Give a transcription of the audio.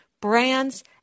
brands